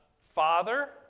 Father